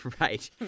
Right